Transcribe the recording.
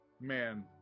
man